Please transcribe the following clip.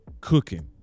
cooking